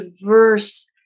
diverse